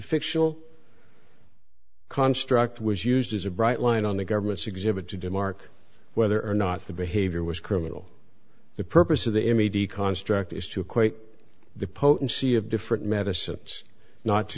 fictional construct was used as a bright line on the government's exhibit to demarc whether or not the behavior was criminal the purpose of the immediate construct is to equate the potency of different medicines not to